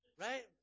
Right